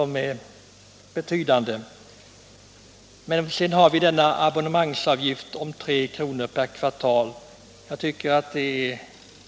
Däremot är en abonnemangsavgift om 3 kr. per kvartal en blygsam avgift.